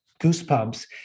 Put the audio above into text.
goosebumps